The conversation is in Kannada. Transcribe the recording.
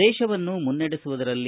ದೇಶವನ್ನು ಮುನ್ನಡೆಸುವುದರಲ್ಲಿ